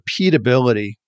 repeatability